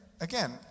again